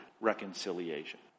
reconciliation